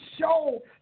show